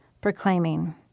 proclaiming